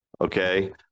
Okay